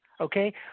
okay